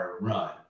run